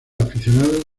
aficionados